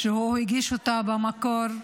שהוא הגיש אותה במקור.